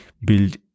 build